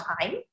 time